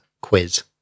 quiz